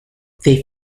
they